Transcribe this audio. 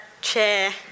chair